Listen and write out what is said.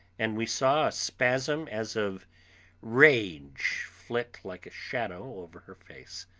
and we saw a spasm as of rage flit like a shadow over her face